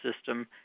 system